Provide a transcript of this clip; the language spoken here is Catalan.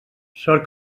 sort